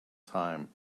time